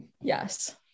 yes